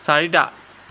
চাৰিটা